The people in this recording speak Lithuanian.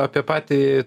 apie patį